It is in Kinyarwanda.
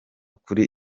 kuri